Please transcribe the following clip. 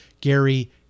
Gary